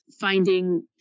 finding